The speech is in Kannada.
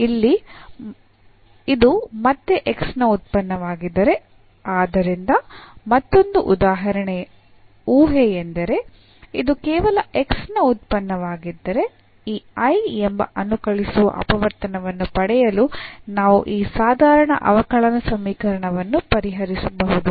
ಇಲ್ಲಿ ಇದು ಮತ್ತೆ x ನ ಉತ್ಪನ್ನವಾಗಿದ್ದರೆ ಆದ್ದರಿಂದ ಮತ್ತೊಂದು ಊಹೆಯೆಂದರೆ ಇದು ಕೇವಲ x ನ ಉತ್ಪನ್ನವಾಗಿದ್ದರೆ ಈ I ಎಂಬ ಅನುಕಲಿಸುವ ಅಪವರ್ತನವನ್ನು ಪಡೆಯಲು ನಾವು ಈ ಸಾಧಾರಣ ಅವಕಲನ ಸಮೀಕರಣವನ್ನು ಪರಿಹರಿಸಬಹುದು